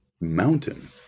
mountain